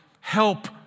help